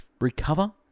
recover